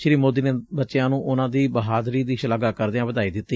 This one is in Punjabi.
ਸ੍ਰੀ ਮੋਦੀ ਨੇ ਬੱਚਿਆਂ ਨੂੰ ਉਨੂਾਂ ਦੀ ਬਹਾਦਰੀ ਦੀ ਸ਼ਲਾਘਾ ਕਰਦਿਆਂ ਵਧਾਈ ਦਿੱਤੀ